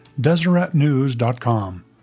deseretnews.com